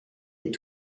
est